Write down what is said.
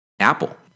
Apple